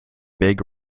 big